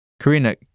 Karina